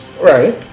Right